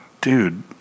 dude